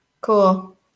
cool